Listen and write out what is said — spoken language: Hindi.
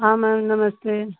हाँ मैम नमस्ते